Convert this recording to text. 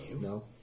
No